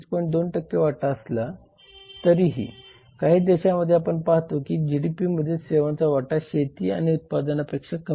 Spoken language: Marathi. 2 वाटा असला तरीही काही देशांमध्ये आपण पाहतो की जीडीपीमध्ये सेवांचा वाटा शेती किंवा उत्पादनापेक्षा कमी आहे